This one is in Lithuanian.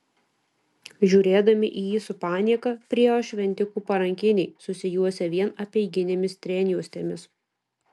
žiūrėdami į jį su panieka priėjo šventikų parankiniai susijuosę vien apeiginėmis strėnjuostėmis